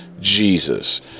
Jesus